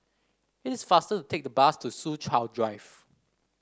it is faster to take the bus to Soo Chow Drive